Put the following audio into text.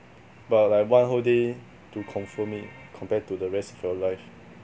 but like one whole day to confirm it compared to the rest for your life